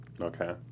Okay